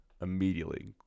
immediately